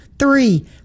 Three